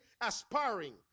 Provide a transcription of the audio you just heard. aspiring